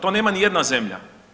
To nema ni jedna zemlja.